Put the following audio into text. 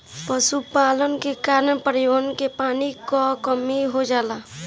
पशुपालन के कारण पर्यावरण में पानी क कमी हो जाला